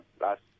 last